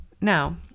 Now